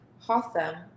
Hotham